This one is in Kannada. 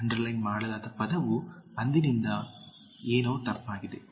ಅಂಡರ್ಲೈನ್ ಮಾಡಲಾದ ಪದವು ಅಂದಿನಿಂದ ಏನು ತಪ್ಪಾಗಿದೆ